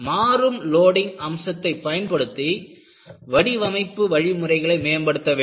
மாறும் லோடிங் அம்சத்தை பயன்படுத்தி வடிவமைப்பு வழிமுறைகளை மேம்படுத்த வேண்டும்